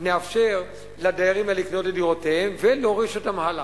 נאפשר לדיירים האלה לקנות את דירותיהם ולהוריש אותן הלאה.